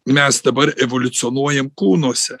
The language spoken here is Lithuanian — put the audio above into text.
mes dabar evoliucionuojam kūnuose